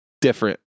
Different